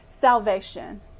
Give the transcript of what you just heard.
salvation